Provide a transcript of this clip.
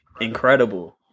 incredible